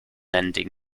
ending